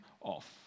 off